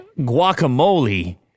Guacamole